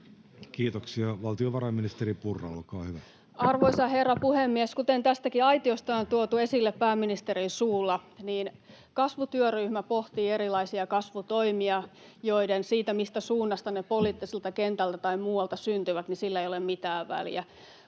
(Joona Räsänen sd) Time: 16:21 Content: Arvoisa herra puhemies! Kuten tästäkin aitiosta on tuotu esille pääministerin suulla, kasvutyöryhmä pohtii erilaisia kasvutoimia, ja sillä, mistä suunnasta ne poliittiselta kentältä tai muualta syntyvät, ei ole mitään väliä.